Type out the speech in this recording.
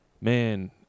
man